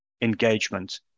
engagement